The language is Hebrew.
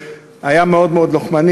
והיה מאוד מאוד לוחמני.